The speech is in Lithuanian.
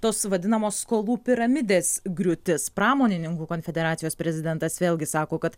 tos vadinamos skolų piramidės griūtis pramonininkų konfederacijos prezidentas vėlgi sako kad